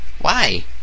Why